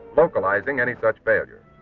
localizing any such failures.